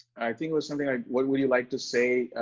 i think it was something like, what would you like to say?